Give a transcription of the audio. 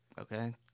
Okay